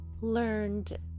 learned